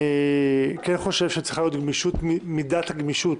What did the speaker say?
אני כן חושב שצריכה להיות מידת גמישות